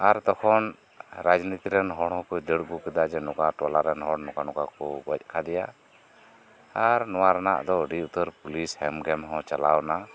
ᱟᱨ ᱛᱚᱠᱷᱚᱱ ᱨᱟᱡᱱᱤᱛᱤ ᱨᱮᱱ ᱦᱚᱲ ᱦᱚᱠᱚ ᱫᱟᱹᱲ ᱟᱹᱜᱩ ᱠᱮᱫᱟ ᱡᱮ ᱱᱚᱠᱟ ᱴᱚᱞᱟ ᱨᱮᱱ ᱦᱚᱲ ᱱᱚᱠᱟ ᱱᱚᱠᱟ ᱠᱚ ᱜᱚᱡ ᱟᱠᱟᱫᱮᱭᱟ ᱟᱨ ᱱᱚᱣᱟ ᱨᱮᱱᱟᱜ ᱫᱚ ᱟᱹᱰᱤ ᱩᱛᱟᱹᱨ ᱯᱩᱞᱤᱥ ᱦᱮᱢ ᱜᱮᱢ ᱦᱚᱸ ᱪᱟᱞᱟᱣ ᱮᱱᱟ